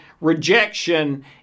rejection